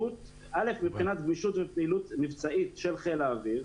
מבחינת גמישות ופעילות מבצעית של חיל האוויר,